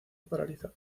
paralizado